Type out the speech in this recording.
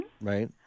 right